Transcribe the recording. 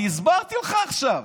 אני הסברתי לך עכשיו,